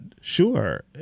sure